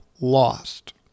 lost